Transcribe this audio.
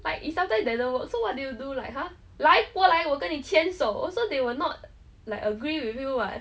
like if sometime it doesn't work so what do you do like !huh! 来过来我跟你牵手 also they will not like agree with you [what]